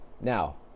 Now